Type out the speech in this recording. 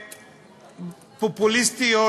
פופוליסטיות,